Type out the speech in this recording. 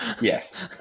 Yes